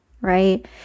right